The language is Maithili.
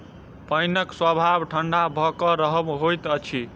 पाइनक स्वभाव ठंढा भ क रहब होइत अछि